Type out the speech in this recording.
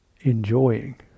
enjoying